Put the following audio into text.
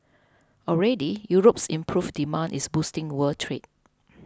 already Europe's improved demand is boosting world trade